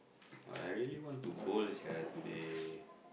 but I really want to bowl sia today